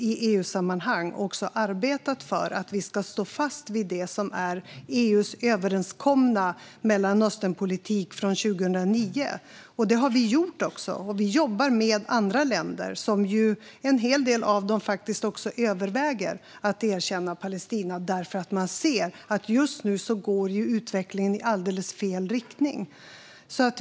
I EU-sammanhang arbetar vi dock konsekvent för att EU:s överenskomna Mellanösternpolitik från 2009 ska ligga kvar. Vi jobbar med andra länder, och en del av dem överväger nu att erkänna Palestina eftersom de ser att utvecklingen går i helt fel riktning.